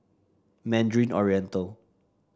Mandarin Oriental